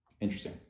interesting